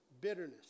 Bitterness